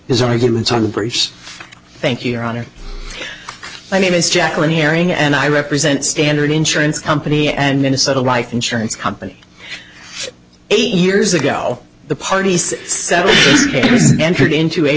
his arguments on the briefs thank you your honor my name is jacqueline herring and i represent standard insurance company and minnesota life insurance company eight years ago the parties settle entered into a